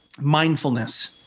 mindfulness